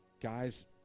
guys